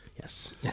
Yes